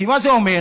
כי מה זה אומר?